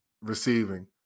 receiving